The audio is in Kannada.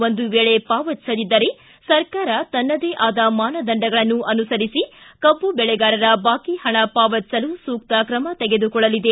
ಒಂದು ವೇಳೆ ಪಾವತಿಸದಿದ್ದರೆ ಸರ್ಕಾರ ತನ್ನದೇ ಆದ ಮಾನದಂಡಗಳನ್ನು ಅನುಸರಿಸಿ ಕಬ್ಬು ಬೆಳೆಗಾರರ ಬಾಕಿ ಹಣ ಪಾವತಿಸಲು ಸೂಕ್ತ ಕ್ರಮ ತೆಗೆದುಕೊಳ್ಳಲಿದೆ